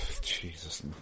jesus